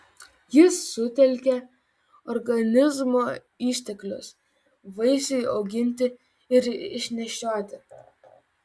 jis sutelkia organizmo išteklius vaisiui auginti ir išnešioti